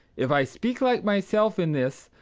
if i speak like myself in this,